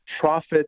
profit